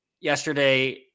yesterday